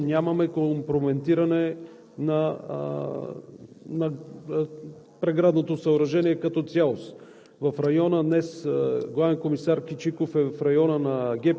са засегнати части от преградното съоръжение, но нямаме компрометиране на сградното съоръжение като цяло.